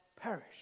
perish